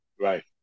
Right